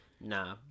Nah